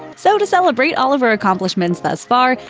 so, to celebrate all of her accomplishments thus far,